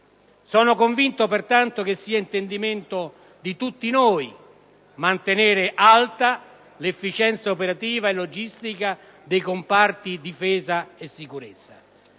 Sono convinto, pertanto, che sia intendimento di tutti noi mantenere alta l'efficienza operativa e logistica dei comparti difesa e sicurezza.